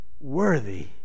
worthy